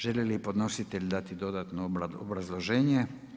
Želi li podnositelj dati dodatno obrazloženje?